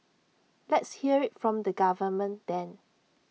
let's hear IT from the government then